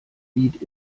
beat